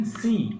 see